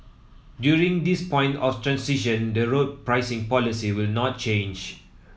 during this point of transition the road pricing policy will not change